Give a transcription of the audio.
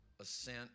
assent